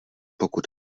pokud